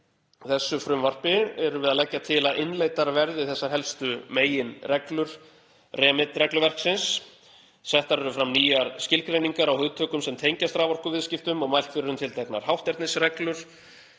þessu frumvarpi leggjum við til að innleiddar verði helstu meginreglur REMIT-regluverksins. Settar eru fram nýjar skilgreiningar á hugtökum sem tengjast raforkuviðskiptum og mælt fyrir um tilteknar hátternisreglur